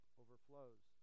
overflows